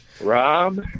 Rob